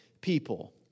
people